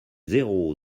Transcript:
zéro